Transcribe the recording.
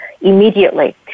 immediately